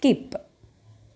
skip